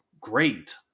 great